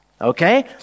okay